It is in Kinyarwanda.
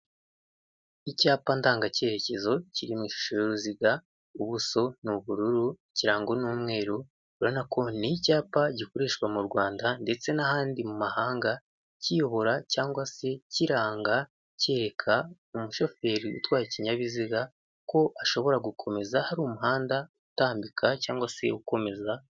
Icyapa ndanga cyerekezo kiri mushusho y'uruziga ubuso ni ubururu ikirango n'umweru urabonako ni icyapa gikoreshwa mu Rwanda ndetse n'ahandi mu mahanga, kiyobora cyangwa se kiranga, cyereka umushoferi utwaye ikinyabiziga, ko ashobora gukomeza hari umuhanda utambika cyangwa se ukomeza.